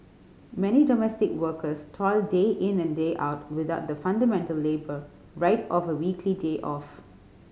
many domestic workers toil day in and day out without the fundamental labour right of a weekly day off